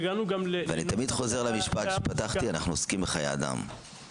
ואני תמיד חוזר למשפט שבו פתחתי שאנחנו עוסקים בחיי אדם,